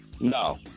No